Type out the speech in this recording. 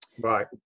Right